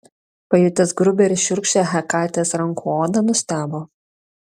pajutęs grubią ir šiurkščią hekatės rankų odą nustebo